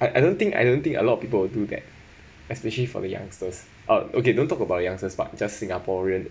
I I don't think I don't think a lot of people will do that especially for the youngsters ah okay don't talk about youngsters but just singaporean